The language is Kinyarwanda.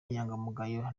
inyangamugayo